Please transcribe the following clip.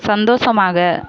சந்தோஷமாக